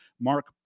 Mark